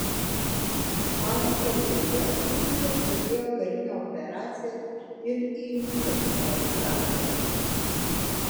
spalio pradžioje turkija pradėjo karinę operaciją ir į rytus nuo eufrato